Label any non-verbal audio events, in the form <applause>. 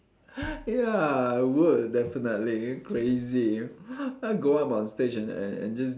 <breath> ya I would definitely crazy go up on stage and and and just